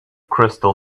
crystal